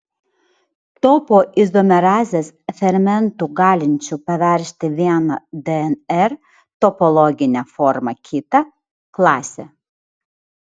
topoizomerazės fermentų galinčių paversti vieną dnr topologinę formą kita klasė